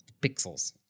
Pixels